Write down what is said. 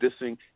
dissing